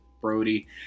Brody